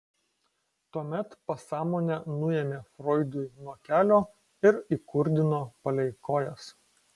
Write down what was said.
tuomet pasąmonę nuėmė froidui nuo kelio ir įkurdino palei kojas